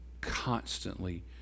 constantly